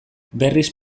berriz